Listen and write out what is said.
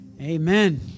Amen